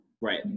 Right